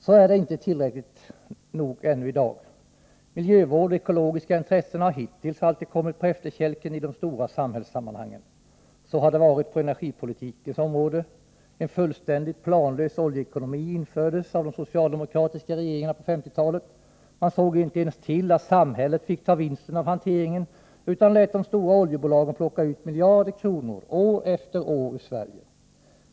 Så är det inte tillräckligt mycket i dag. Miljövård och ekologiska intressen har hittills alltid kommit på efterkälken i de stora samhällssammanhangen. Så har det varit på energipolitikens område. En fullständigt planlös oljeekonomi infördes av de socialdemokratiska regeringarna på 1950-talet. Man såg inte ens till att samhället fick ta vinsten av hanteringen, utan lät de stora oljebolagen plocka ut miljarder kronor år efter år ur Sverige.